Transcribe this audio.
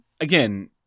again